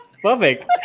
perfect